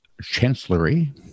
chancellery